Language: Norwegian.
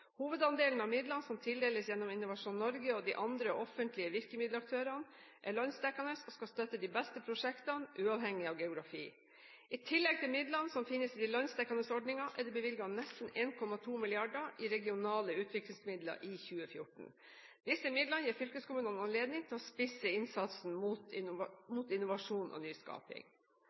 Hovedandelen av midlene som tildeles gjennom Innovasjon Norge og de andre offentlige virkemiddelaktørene, er landsdekkende og skal støtte de beste prosjektene, uavhengig av geografi. I tillegg til midlene som finnes i de landsdekkende ordningene, er det bevilget nesten 1,2 mrd. kr i regionale utviklingsmidler i 2014. Disse midlene gir fylkeskommunene anledning til å spisse innsatsen mot innovasjon og nyskaping.